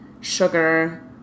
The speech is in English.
sugar